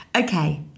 Okay